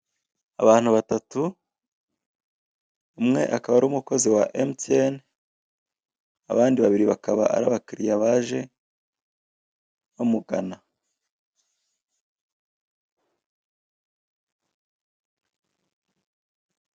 Abantu batatu umwe akaba ari umukozi wa emutiyeni abandi babiri bakaba ari abakiriya baje bamugana.